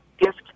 gift